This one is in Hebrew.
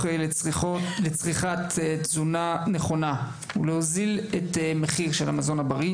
לצריכת תזונה נכונה ולהוזיל את מחיר המזון הבריא